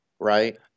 Right